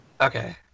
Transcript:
Okay